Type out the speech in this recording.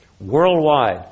worldwide